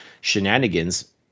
shenanigans